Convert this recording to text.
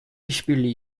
işbirliği